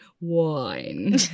wine